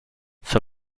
sir